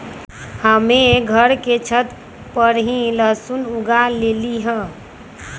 हम्मे घर के छत पर ही लहसुन उगा लेली हैं